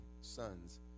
sons